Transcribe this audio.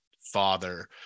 father